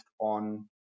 on